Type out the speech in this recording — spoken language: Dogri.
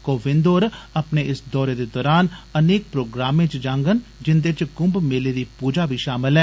कोविन्द होर अपने इस दौरे दे दौरान अनेक प्रोग्रामें च जांगन जिन्दे च कुम्भ मेले दी पूजा बी षामल ऐ